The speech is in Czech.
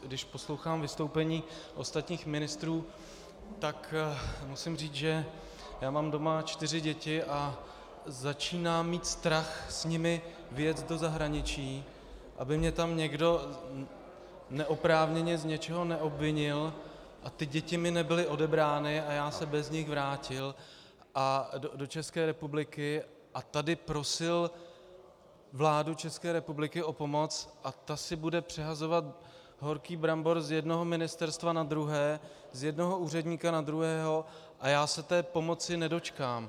Když poslouchám vystoupení ostatních ministrů, tak musím říct, že mám doma čtyři děti a začínám mít strach s nimi vyjet do zahraničí, aby mě tam někdo neoprávněně z něčeho neobvinil a ty děti mi nebyly odebrány a já se bez nich vrátil do České republiky a tady prosil vládu České republiky o pomoc a ta si bude přehazovat horký brambor z jednoho ministerstva na druhé, z jednoho úředníka na druhého a já se té pomoci nedočkám.